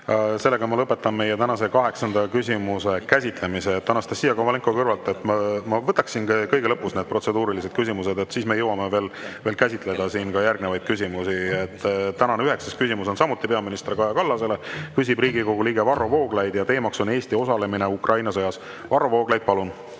Aitäh! Lõpetan meie tänase kaheksanda küsimuse käsitlemise. Anastassia Kovalenko-Kõlvart, ma võtaksin kõige lõpus need protseduurilised küsimused, et siis me jõuame veel käsitleda siin järgnevaid küsimusi. Tänane üheksas küsimus on samuti peaminister Kaja Kallasele. Küsib Riigikogu liige Varro Vooglaid ja teemaks on Eesti osalemine Ukraina sõjas. Varro Vooglaid, palun!